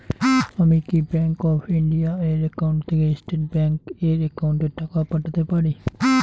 আমি কি Bank of India এর একাউন্ট থেকে স্টেট ব্যাংক এর একাউন্টে টাকা পাঠাতে পারি?